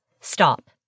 stop